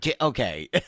okay